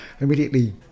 immediately